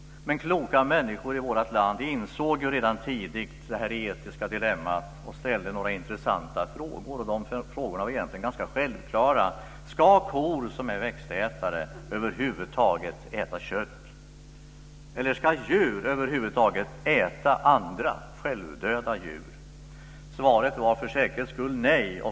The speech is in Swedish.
Kloka människor i vårt land insåg redan tidigt det etiska dilemmat och ställde några intressanta frågor. De frågorna var egentligen ganska självklara: Ska kor, som är växtätare, över huvud taget äta kött? Ska djur över huvud taget äta andra, självdöda djur? Svaret var för säkerhets skull nej.